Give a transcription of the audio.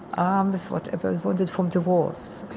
arms, whatever, wounded from the wars.